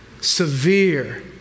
severe